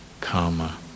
karma